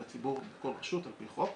בכל רשות, על פי חוק.